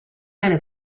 have